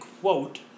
quote